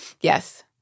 yes